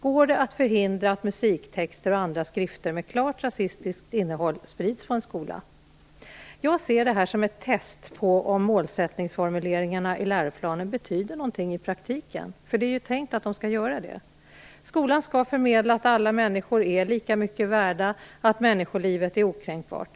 Går det att förhindra att musiktexter och andra skrifter med klart rasistiskt innehåll sprids på en skola? Jag ser det här som ett test på om målsättningsformuleringarna i läroplanen betyder någonting i praktiken. Det är ju tänkt att de skall göra det. Skolan skall förmedla att alla människor är lika mycket värda, att människolivet är okränkbart.